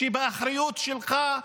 שהיא באחריות שלך,